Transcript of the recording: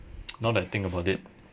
now that I think about it